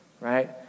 right